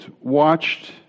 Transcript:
watched